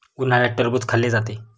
उन्हाळ्यात टरबूज खाल्ले जाते